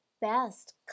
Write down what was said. best